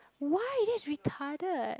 why that's retarded